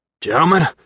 Gentlemen